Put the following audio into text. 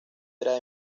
era